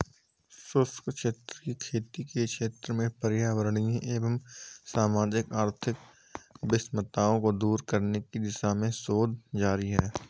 शुष्क क्षेत्रीय खेती के क्षेत्र में पर्यावरणीय एवं सामाजिक आर्थिक विषमताओं को दूर करने की दिशा में शोध जारी है